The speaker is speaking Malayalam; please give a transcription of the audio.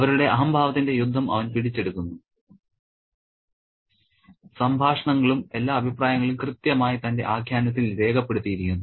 അവരുടെ അഹംഭാവത്തിന്റെ യുദ്ധം അവൻ പിടിച്ചെടുക്കുന്നു സംഭാഷണങ്ങളും എല്ലാ അഭിപ്രായങ്ങളും കൃത്യമായി തന്റെ ആഖ്യാനത്തിൽ രേഖപ്പെടുത്തിയിരിക്കുന്നു